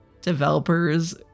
developers